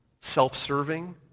self-serving